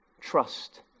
trust